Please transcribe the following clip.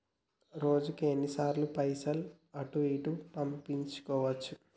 రోజుకు ఎన్ని సార్లు పైసలు అటూ ఇటూ పంపించుకోవచ్చు?